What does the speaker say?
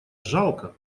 жалко